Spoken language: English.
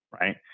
right